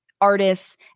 artists